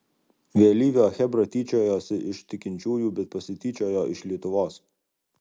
vėlyvio chebra tyčiojosi iš tikinčiųjų bet pasityčiojo iš lietuvos